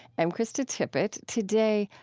i'm krista tippett. today,